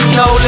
no